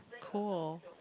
Cool